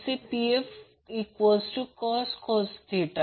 जसे pfcos